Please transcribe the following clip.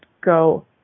go